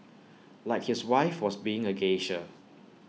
like his wife was being A geisha